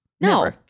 No